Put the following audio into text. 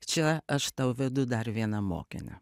čia aš tau vedu dar vieną mokinę